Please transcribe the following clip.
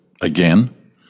again